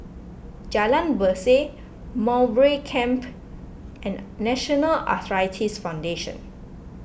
Jalan Berseh Mowbray Camp and National Arthritis Foundation